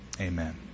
amen